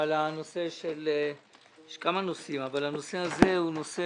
אבל בנושא הזה יש כמה נושאים הוא נושא